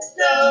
no